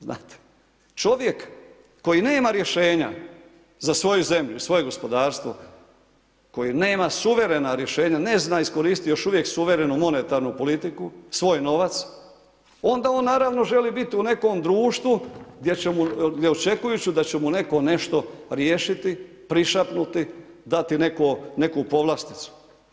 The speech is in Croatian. Znate, čovjek koji nema rješenja za svoju zemlju, svoje gospodarstvo, koji nema suverena rješenja ne zna iskoristiti još uvijek suverenu monetarnu politiku, svoj novac onda on naravno želi biti u nekom društvu gdje očekujući da će mu netko nešto riješiti, prišapnuti, dati neku povlasticu.